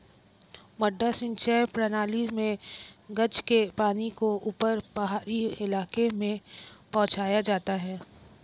मडडा सिंचाई प्रणाली मे गज के पानी को ऊपर पहाड़ी इलाके में पहुंचाया जाता है